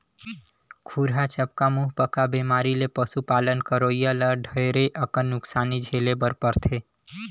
खुरहा चपका, मुहंपका बेमारी ले पसु पालन करोइया ल ढेरे अकन नुकसानी झेले बर परथे